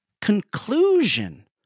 conclusion